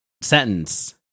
sentence